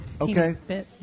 Okay